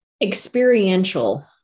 Experiential